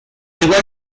igual